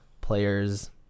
players